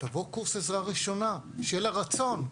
תעבור קורס עזרה ראשונה שיהיה לה רצון,